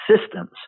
systems